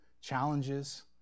challenges